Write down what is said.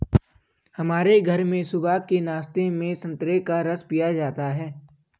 हमारे घर में सुबह के नाश्ते में संतरे का रस पिया जाता है